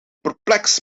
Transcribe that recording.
perplex